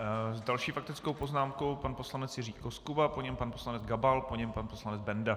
S další faktickou poznámkou pan poslanec Jiří Koskuba, po něm pan poslanec Gabal, po něm pan poslanec Benda.